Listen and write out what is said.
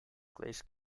glazed